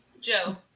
Joe